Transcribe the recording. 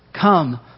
Come